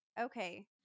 okay